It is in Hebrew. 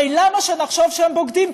הרי למה שנחשוב שהם בוגדים?